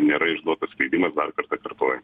nėra išduotas leidimas dar kartą kartoju